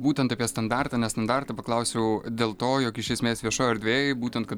būtent apie standartą ne standartą paklausiau dėl to jog iš esmės viešoj erdvėj būtent kad